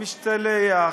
משתלח,